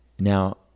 Now